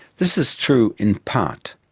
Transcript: this is true in part.